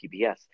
PBS